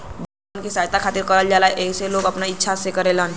दान लोग के सहायता खातिर करल जाला एके लोग अपने इच्छा से करेलन